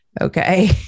Okay